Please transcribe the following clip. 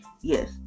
Yes